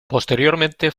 posteriormente